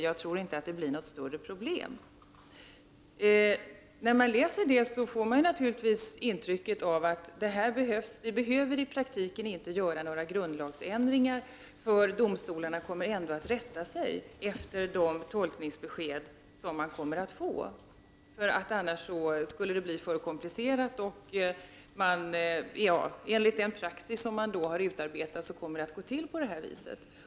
Jag tror inte att det är något större problem.” När man läser detta får man naturligtvis ett intryck av att vi i praktiken inte behöver göra några grundlagsändringar, eftersom domstolarna ändå kommer att rätta sig efter de tolkningsbesked de kommer att få. Annars skulle det nämligen bli för komplicerat, och enligt den praxis som har utarbetats kommer det att gå till på det här viset.